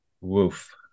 Woof